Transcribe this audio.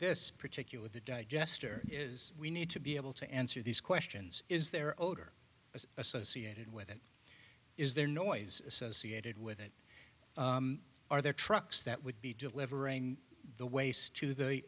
this particular the digester is we need to be able to answer these questions is there odor is associated with it is there noise associated with it are there trucks that would be delivering the waste to the